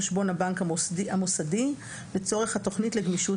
בחשבון הבנק המוסדי לשם יישום התוכנית לגמישות